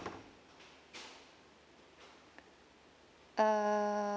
uh